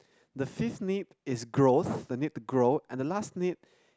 the fifth need is growth the need to grow and the last need